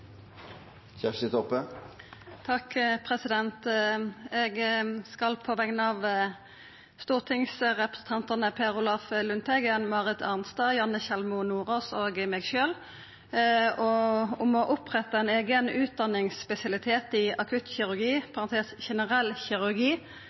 Kjersti Toppe vil fremsette et representantforslag. Eg skal på vegner av stortingsrepresentantane Per Olaf Lundteigen, Marit Arnstad, Janne Sjelmo Nordås og meg sjølv setja fram eit representantforslag om å oppretta ein eigen utdanningspesialitet i akuttkirurgi,